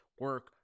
Work